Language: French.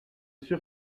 sûr